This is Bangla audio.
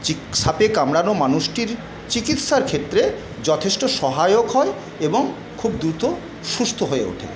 সাপে কামড়ানো মানুষটির চিকিৎসার ক্ষেত্রে যথেষ্ট সহায়ক হয় এবং খুব দ্রুত সুস্থ হয়ে ওঠে